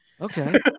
Okay